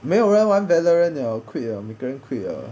没有人玩 veloren 了 quit 了别人 quit 了